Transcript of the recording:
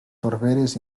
torberes